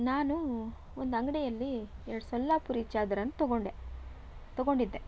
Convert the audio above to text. ನಾನು ಒಂದು ಅಂಗಡಿಯಲ್ಲಿ ಎರಡು ಸೊಲ್ಲಾಪುರಿ ಚಾದರನ್ನ ತೊಗೊಂಡೆ ತೊಗೊಂಡಿದ್ದೆ